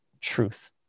truth